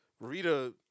Rita